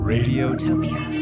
Radiotopia